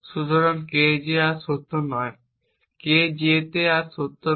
সুতরাং K J আর সত্য নয় K Jতে আর সত্য নয়